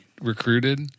recruited